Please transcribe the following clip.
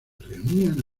reunían